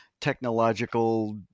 technological